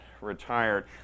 retired